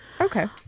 Okay